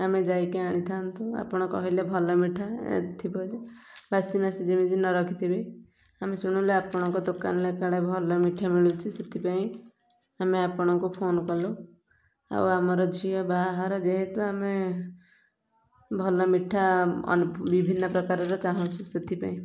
ଆମେ ଯାଇକି ଆଣିଥାନ୍ତୁ ଆପଣ କହିଲେ ଭଲ ମିଠା ଥିବ ଯେ ବାସି ମାସି ଯେମିତି ନ ରଖିଥିବେ ଆମେ ଶୁଣିଲୁ ଆପଣଙ୍କ ଦୋକାନରେ କାଳେ ଭଲ ମିଠା ମିଳୁଛି ସେଥିପାଇଁ ଆମେ ଆପଣଙ୍କୁ ଫୋନ କଲୁ ଆଉ ଆମର ଝିଅ ବାହାଘର ଯେହେତୁ ଆମେ ଭଲ ମିଠା ବିଭିନ୍ନ ପ୍ରକାରର ଚାହୁଁଛୁ ସେଥିପାଇଁ